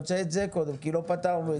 אני רוצה את זה קודם כי לא פתרנו את זה.